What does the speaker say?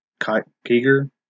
Kiger